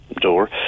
door